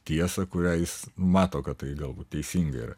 tiesą kurią jis mato kad tai galbūt teisinga yra